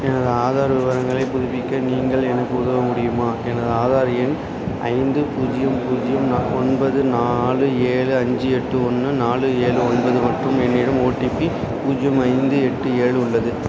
எனது ஆதார் விவரங்களைப் புதுப்பிக்க நீங்கள் எனக்கு உதவ முடியுமா எனது ஆதார் எண் ஐந்து பூஜ்ஜியம் பூஜ்ஜியம் நா ஒன்பது நாலு ஏழு அஞ்சு எட்டு ஒன்று நாலு ஏழு ஒன்பது மற்றும் என்னிடம் ஓடிபி பூஜ்ஜியம் ஐந்து எட்டு ஏழு உள்ளது